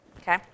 Okay